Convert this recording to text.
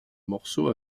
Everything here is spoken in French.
morceau